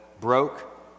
broke